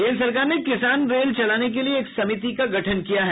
केन्द्र सरकार ने किसान रेल चलाने के लिए एक समिति का गठन किया है